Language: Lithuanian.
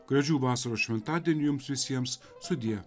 gražių vasaros šventadienių jums visiems sudie